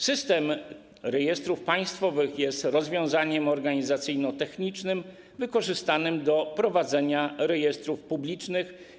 System Rejestrów Państwowych jest rozwiązaniem organizacyjno-technicznym wykorzystywanym do prowadzenia rejestrów publicznych.